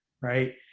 right